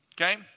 Okay